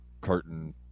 carton